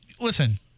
listen